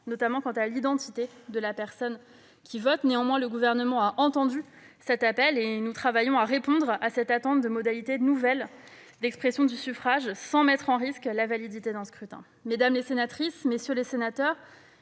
notamment quant à l'identité de la personne qui vote. Néanmoins, le Gouvernement a entendu cet appel. Nous travaillons à répondre à cette attente de modalités nouvelles d'expression du suffrage sans mettre en risque la validité d'un scrutin. Mesdames les sénatrices, messieurs les sénateurs,